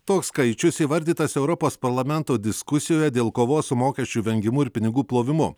toks skaičius įvardytas europos parlamento diskusijoje dėl kovos su mokesčių vengimu ir pinigų plovimu